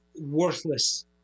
worthless